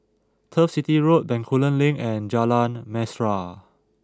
Turf City Road Bencoolen Link and Jalan Mesra